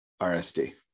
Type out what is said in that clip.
rsd